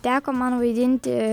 jai teko man vaidinti